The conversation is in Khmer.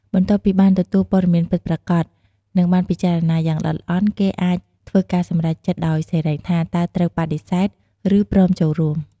បន្ទាប់ពីបានទទួលព័ត៌មានពិតប្រាកដ និងបានពិចារណាយ៉ាងល្អិតល្អន់ គេអាចធ្វើការសម្រេចចិត្តដោយសេរីថា តើត្រូវបដិសេធ ឬព្រមចូលរួម។